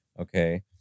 Okay